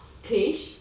klish